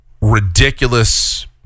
ridiculous